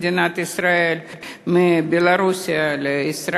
ממשלת מדינת ישראל לבין ממלכת בלגיה בדבר ביטחון סוציאלי,